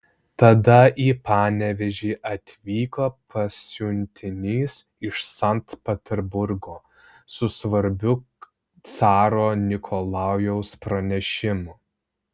tada į panevėžį atvyko pasiuntinys iš sankt peterburgo su svarbiu caro nikolajaus pranešimu